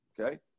Okay